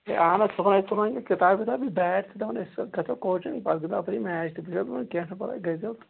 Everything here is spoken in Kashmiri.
ہَے اَہَن حظ صُبحن ہَے تُلان یہِ کِتاب وِتاب یہِ بیٹ تہِ تھَوان أتھۍ سٍتۍ گژھان کوچِنٛگ تہٕ پَتہٕ گِنٛدان اَپٲری میچ تہٕ بہٕ چھُسکھ دپان کیٚنٛہہ چھُنہٕ پرواے گٔژھۍزیٚو تہٕ